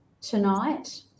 tonight